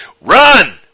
Run